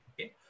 Okay